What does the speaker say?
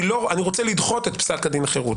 אני רוצה לדחות את פסק דין חרות.